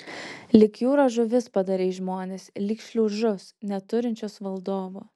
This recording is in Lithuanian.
lyg jūros žuvis padarei žmones lyg šliužus neturinčius valdovo